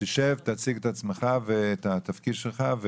את עצמך ואת התפקיד שלך.